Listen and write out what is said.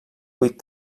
vuit